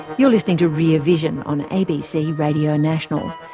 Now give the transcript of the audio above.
you're listening to rear vision on abc radio national.